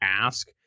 ask